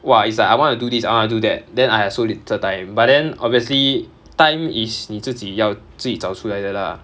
!wah! it's like I want to do this I want to do that then I have so little time but then obviously time is 你自己要自己找出来的 lah